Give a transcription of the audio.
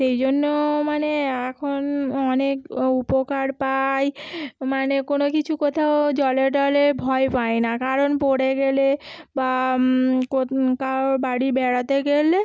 সেইজন্য মানে এখন অনেক উপকার পাই মানে কোনও কিছু কোথাও জলে টলে ভয় পাই না কারণ পড়ে গেলে বা কো কারুর বাড়ি বেড়াতে গেলে